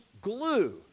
glue